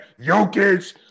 Jokic